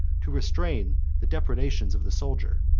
to restrain the depredations of the soldier,